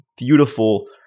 beautiful